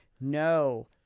no